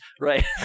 right